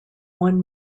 one